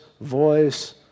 voice